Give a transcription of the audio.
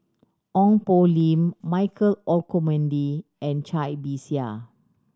Ong Poh Lim Michael Olcomendy and Cai Bixia